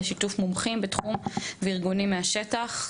תוך שיתוף מומחים מהתחום וארגונים מהשטח.